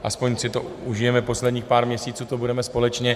Alespoň si to užijeme posledních pár měsíců, co tu budeme společně.